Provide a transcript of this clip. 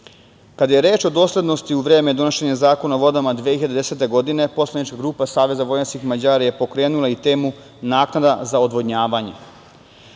je reč o doslednosti u vreme donošenja Zakona o vodama 2010. godine, poslanička grupa Saveza vojvođanskih Mađara je pokrenula i temu - naknada za odvodnjavanje.